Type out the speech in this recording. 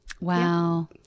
Wow